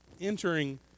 Entering